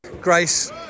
Grace